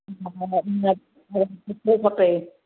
न त सुठो खपे